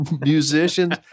musicians